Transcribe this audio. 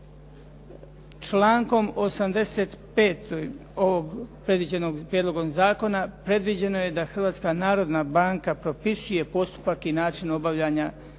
Člankom 85. ovog prijedloga zakona predviđeno je da Hrvatska narodna banka propisuje postupak i način obavljanja